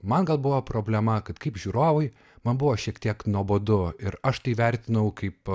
man gal buvo problema kad kaip žiūrovui man buvo šiek tiek nuobodu ir aš tai vertinau kaip